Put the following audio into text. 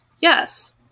yes